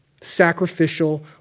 sacrificial